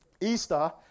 Easter